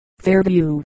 Fairview